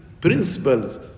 principles